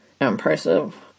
impressive